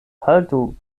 haltu